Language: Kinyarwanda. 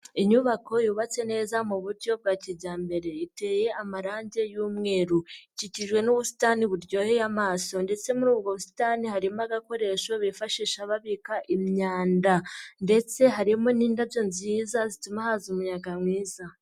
Inyubako yubatse neza mu buryo bwa kijyambere iteye amarangi y'umweru, ikikijwe n'ubusitani buryoheye amaso ndetse muri ubwo busitani harimo agakoresho bifashisha babika imyanda ndetse harimo n'indabyo nziza zituma haza umuyaga mwiza.